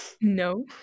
No